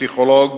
פסיכולוג